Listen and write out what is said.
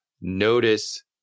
notice